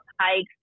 hikes